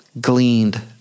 gleaned